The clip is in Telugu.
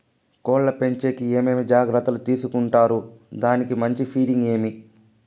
కోళ్ల పెంచేకి ఏమేమి జాగ్రత్తలు తీసుకొంటారు? దానికి మంచి ఫీడింగ్ ఏమి?